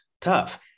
tough